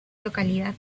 localidad